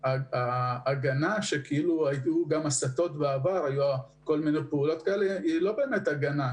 ההגנה שכאילו היו גם הסטות בעבר היא לא באמת הגנה.